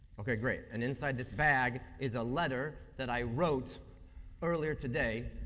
okay, great. and inside this bag is a letter that i wrote earlier today,